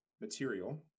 material